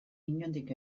inondik